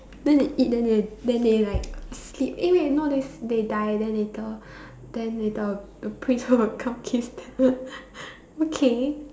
then they eat then they then they like sleep eh no they they die then later then later the prince will come kiss okay